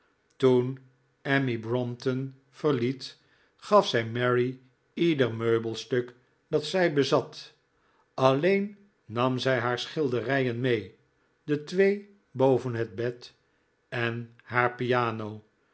toen emmy brompton verliet ga zij mary ieder meubelstuk dat zij bezat alleen nam zij haar schilderijen mee de twee boven het bed en haar piano